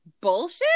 Bullshit